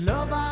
Love